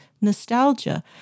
nostalgia